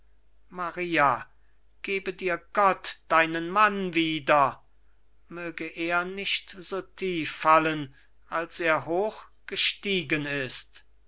maria gebe dir gott deinen mann wieder möge er nicht so tief fallen als er hoch gestiegen ist